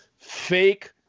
fake